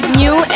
new